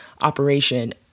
operation